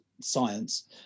science